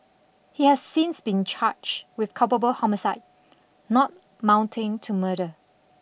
he has since been charged with culpable homicide not mounting to murder